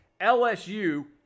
LSU